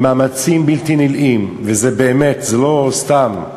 במאמצים בלתי נלאים, וזה באמת, זה לא סתם,